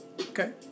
Okay